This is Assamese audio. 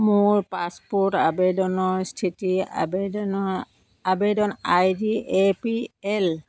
মোৰ পাছপোৰ্ট আবেদনৰ স্থিতি আবেদনৰ আবেদন আইডি এ পি এল